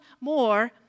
more